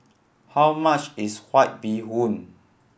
how much is White Bee Hoon